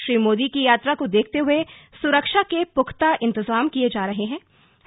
श्री मोदी की यात्रा को देखते हुए सुरक्षा के मुकम्मल इंतजाम किए जा रहेहैं